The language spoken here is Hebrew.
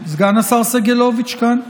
סגן השר סגלוביץ' כאן.